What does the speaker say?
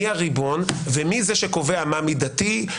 מי הריבון ומי זה שקובע מה מידתי,